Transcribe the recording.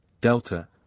Delta